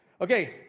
Okay